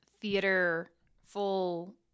theater-full